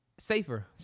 Safer